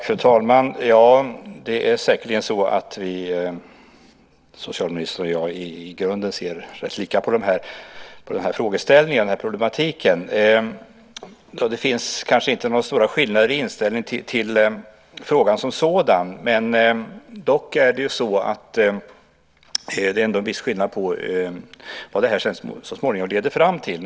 Fru talman! Socialministern och jag ser säkerligen i grunden rätt lika på denna problematik. Det finns kanske inte så stora skillnader i inställning till frågan som sådan, men det är ändå en viss skillnad på vad detta så småningom leder fram till.